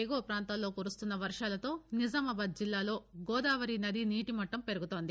ఎగువ ప్రాంతాల్లో కురుస్తున్న వర్వాలతో నిజామాబాద్ జిల్లాలో గోదావరి నీటిమట్లం పెరుగుతోంది